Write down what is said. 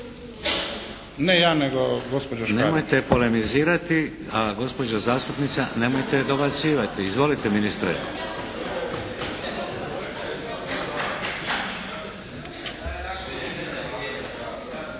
Vladimir (HDZ)** Nemojte polemizirati, a gospođa zastupnica nemojte dobacivati. Izvolite. Ministre